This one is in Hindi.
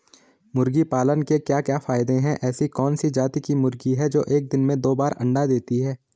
मुर्गी पालन के क्या क्या फायदे हैं ऐसी कौन सी जाती की मुर्गी है जो एक दिन में दो बार अंडा देती है?